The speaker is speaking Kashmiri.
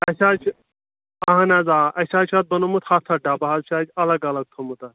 اَسہِ حظ چھِ اہَن حظ آ اَسہِ حظ چھِ بنونمُت ہَتھ ہَتھ ڈَبہٕ حظ چھِ اَسہِ الگ الگ تھوٚمُت اَتھ